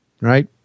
Right